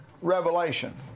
Revelation